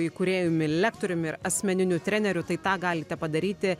įkūrėjumi lektoriumi ir asmeniniu treneriu tai tą galite padaryti